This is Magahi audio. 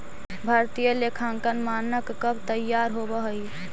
भारतीय लेखांकन मानक कब तईयार होब हई?